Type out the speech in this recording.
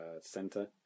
center